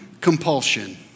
compulsion